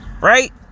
Right